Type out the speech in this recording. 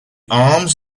arms